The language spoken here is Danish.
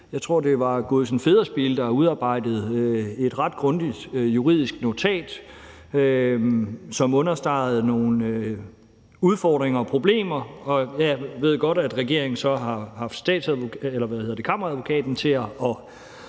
Jeg tror, at det var Gorrissen Federspiel, der udarbejdede et ret grundigt juridisk notat, som understregede nogle udfordringer og problemer. Jeg ved godt, at regeringen så har haft Kammeradvokaten til at